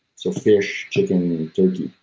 so fish, chicken, turkey.